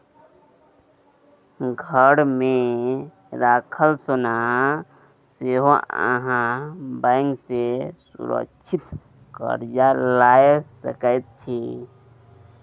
घरमे राखल सोनासँ सेहो अहाँ बैंक सँ सुरक्षित कर्जा लए सकैत छी